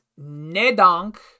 nedank